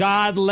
God